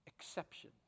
exception